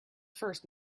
first